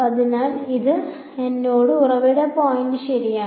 അതിനാൽ അത് എന്നോട് ഉറവിട പോയിന്റ് ശരിയാണ്